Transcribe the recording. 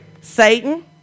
Satan